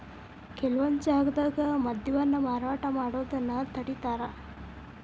ಕೆಲವೊಂದ್ ಜಾಗ್ದಾಗ ಮದ್ಯವನ್ನ ಮಾರಾಟ ಮಾಡೋದನ್ನ ತಡೇತಾರ